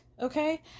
Okay